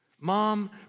Mom